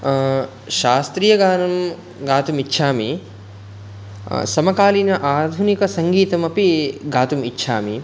शास्त्रीयगानं गातुम् इच्छामि समकालीन आधुनिकसङ्गीतमपि गातुम् इच्छामि